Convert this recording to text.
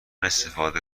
استفاده